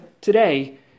today